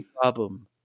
problem